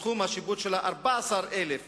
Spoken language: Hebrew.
שתחום השיפוט שלה 14,000 דונם,